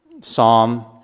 Psalm